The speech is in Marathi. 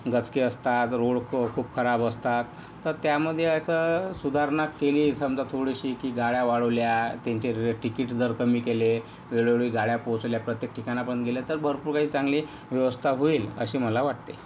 गचके असतात रोड खूप खराब असतात तर त्यामध्ये असं सुधारणा केली समजा थोडीशी की गाड्या वाढवल्या त्यांचे रे तिकिट्स दर कमी केले वेळोवेळी गाड्या पोचल्या प्रत्येक ठिकाणापर्यंत गेल्या तर भरपूर काही खूप चांगली व्यवस्था होईल असे मला वाटते